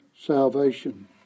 Salvation